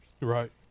Right